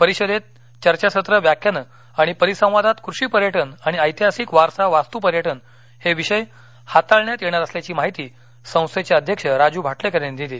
परिषदेतील चर्चासत्र व्याख्यानं आणि परिसंवादात कृषी पर्यटन आणि ऐतिहासिक वारसा वास्तू पर्यटन हे विषय हाताळण्यात येणार असल्याची माहिती संस्थेचे अध्यक्ष राजू भाटलेकर यांनी दिली